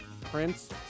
Prince